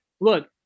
Look